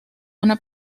una